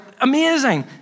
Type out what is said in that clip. Amazing